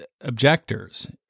objectors